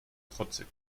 trotzig